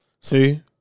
See